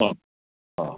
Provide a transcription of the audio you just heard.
ആ ആ